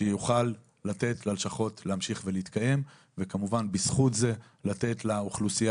שיוכל לתת ללשכות להמשיך ולהתקיים וכמובן בזכות זה לתת לאוכלוסייה